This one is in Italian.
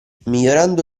migliorando